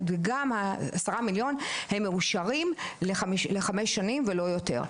וגם ה- 10 מיליון הם מאושרים לחמש שנים ולא יותר,